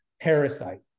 Parasite